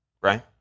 right